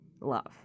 love